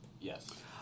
Yes